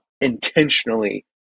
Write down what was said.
intentionally